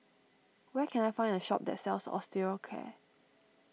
where can I find a shop that sells Osteocare